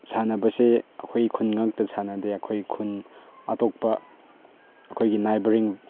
ꯁꯥꯟꯅꯕꯁꯦ ꯑꯩꯈꯣꯏ ꯈꯨꯟ ꯉꯥꯛꯇ ꯁꯥꯟꯅꯗꯦ ꯑꯩꯈꯣꯏ ꯈꯨꯟ ꯑꯇꯣꯞꯄ ꯑꯩꯈꯣꯏꯒꯤ ꯅꯥꯏꯕꯔꯤꯡ